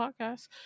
podcast